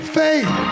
faith